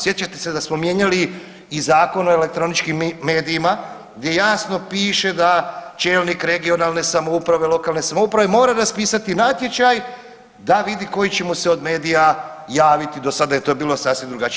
Sjećate se da smo mijenjali i Zakon o elektroničkim medijima gdje jasno piše da čelnik regionalne samouprave, lokalne samouprave mora raspisati natječaj da vidi koji će mu se od medija javiti, do sada je to bilo sasvim drugačije.